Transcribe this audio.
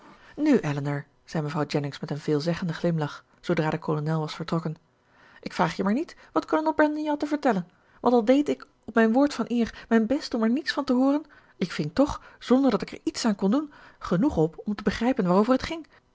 nu elinor zei mevrouw jennings met een veelzeggenden glimlach zoodra de kolonel was vertrokken ik vraag je maar niet wat kolonel brandon je had te vertellen want al deed ik op mijn woord van eer mijn best om er niets van te hooren ik ving toch zonder dat ik er iets aan kon doen genoeg op om te begrijpen waarover het ging